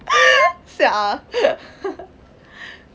sia